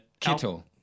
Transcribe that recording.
Kittel